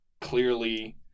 clearly